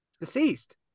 deceased